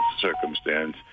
circumstance